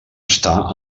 està